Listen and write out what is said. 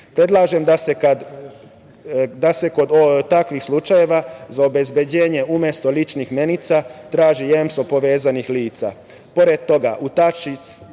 prakse. Predlažem da se kod takvih slučajeva za obezbeđenje umesto ličnih menica traži jemstvo povezanih lica.